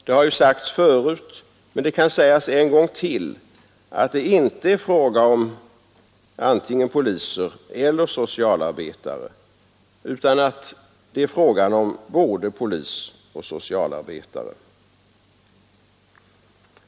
Det har ju sagts förut, men det kan sägas en gång till, att det inte är fråga om antingen poliser eller socialarbetare, utan att det är fråga om både polis och socialarbetare.